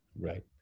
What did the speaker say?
right